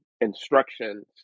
instructions